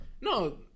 No